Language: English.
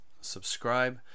subscribe